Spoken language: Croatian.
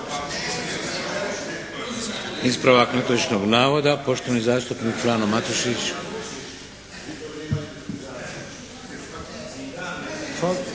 Ispravak netočnog navoda, poštovani zastupnik Frano Matušić.